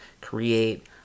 create